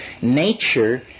Nature